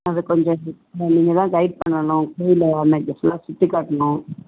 அது கொஞ்சம் அது நீங்கள் தான் கைட் பண்ணனும் கோயிலில் அன்னைக்கு ஃபுல்லாக சுற்றிக் காட்டணும்